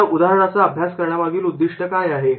या उदाहरणाचा अभ्यास करण्यामागील उद्दिष्ट काय आहे